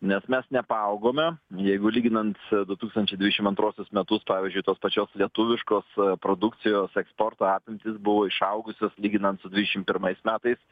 nes mes nepaaugome jeigu lyginant du tūkstančiai dvidešim antruosius metus pavyzdžiui tos pačios lietuviškos produkcijos eksporto apimtys buvo išaugusios lyginant su dvidešim pirmais metais